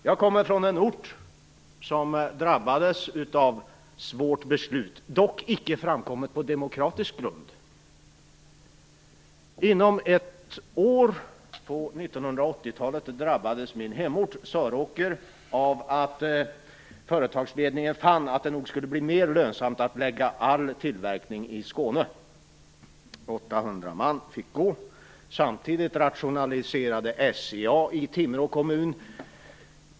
Jag kommer från en ort som drabbats av svåra beslut, dock icke framkomna på demokratisk grund. Inom loppet av ett år på 1980-talet drabbades min hemort, Söråker, av att företagsledningen fann att det nog skulle bli mer lönsamt att lägga all tillverkning i SCA i Timrå kommun.